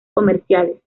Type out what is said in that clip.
comerciales